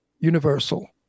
universal